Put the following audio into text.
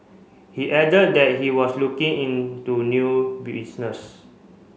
he added that he was looking into new business